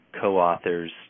co-authors